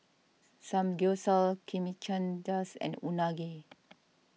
Samgyeopsal Chimichangas and Unagi